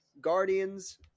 Guardians